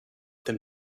them